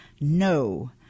no